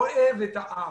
אוהב את העם.